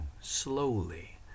slowly